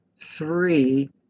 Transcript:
three